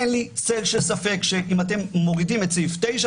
אין לי צל של ספק שאם אתם מורידים את סעיף 9,